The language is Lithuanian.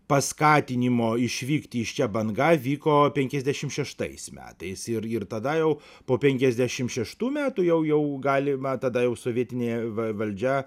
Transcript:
paskatinimo išvykti iš čia banga vyko penkiasdešimt šeštais metais ir ir tada jau po penkiasdešimt šeštų metų jau jau galima tada jau sovietinė valdžia